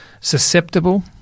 susceptible